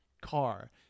car